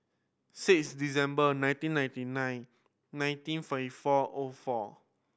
six December nineteen ninety nine nineteen forty four O four